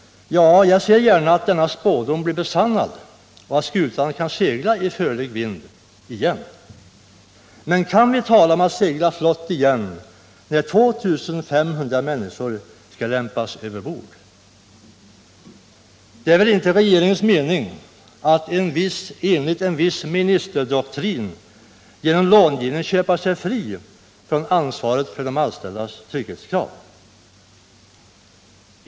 Ja, jag ser gärna att den spådomen blir besannad och att skutan kan segla i förlig vind igen. Men kan vi tala om att segla flott igen när 2 500 människor skall lämpas överbord? Det är väl inte regeringens mening att enligt en viss ministerdoktrin genom långivning köpa sig fri från ansvaret för de anställdas trygghetskrav.